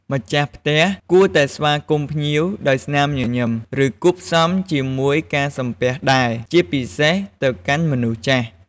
ម្ចាស់ផ្ទះគួរតែស្វាគមន៍ភ្ញៀវដោយស្នាមញញឹម ឬគួបផ្សំជាមួយការសំពះដែរ ជាពិសេសទៅកាន់មនុស្សចាស់។